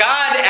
God